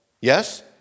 Yes